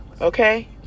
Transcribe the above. okay